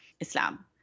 Islam